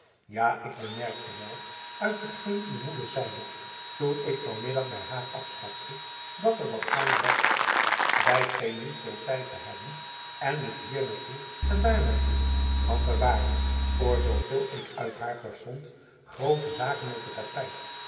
ja ik bemerkte wel uit hetgeen uw moeder zeide toen ik van middag by haar afstapte dat er wat gaande was zy scheen niet veel tijd te hebben en moest hier naar toe en daar naar toe want er waren voor zoo veel ik uit haar verstond groote zaken op t tapijt